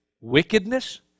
wickedness